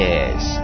Yes